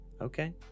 Okay